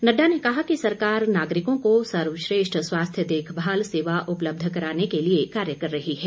नड्डा ने कहा कि सरकार नागरिकों को सर्वश्रेष्ठ स्वास्थ्य देखभाल सेवा उपलब्ध कराने के लिए कार्य कर रही है